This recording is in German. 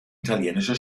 italienische